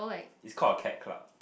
it's call a cat club